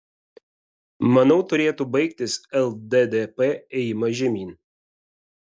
manau turėtų baigtis lddp ėjimas žemyn